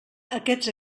aquests